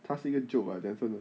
他是一个 joke lah then 真的